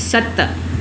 सत